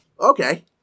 Okay